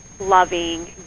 loving